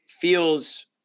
feels